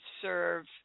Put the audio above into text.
serve